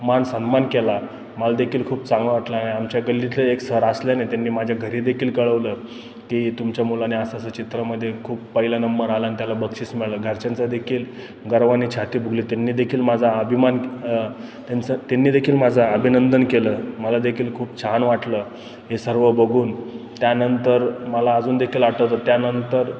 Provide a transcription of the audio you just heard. मान सन्मान केला मला देखील खूप चांगलं वाटलं आणि आमच्या गल्लीतले एक सर असल्यानेही त्यांनी माझ्या घरीदेखील कळवलं की तुमच्या मुलाने असं असं चित्रामध्ये खूप पहिला नंबर आला आणि त्याला बक्षीस मिळलं घरच्यांचं देखील गर्वाने छाती फुगली त्यांनीदेखील माझा अभिमान त्यांचं त्यांनीदेखील माझं अभिनंदन केलं मला देखील खूप छान वाटलं हे सर्व बघून त्यानंतर मला अजून देेखील आठवतं त्यानंतर